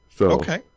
Okay